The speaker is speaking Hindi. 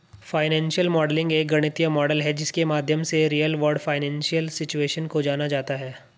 फाइनेंशियल मॉडलिंग एक गणितीय मॉडल है जिसके माध्यम से रियल वर्ल्ड फाइनेंशियल सिचुएशन को जाना जाता है